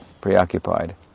preoccupied